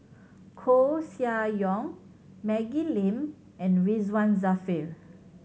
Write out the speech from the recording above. Koeh Sia Yong Maggie Lim and Ridzwan Dzafir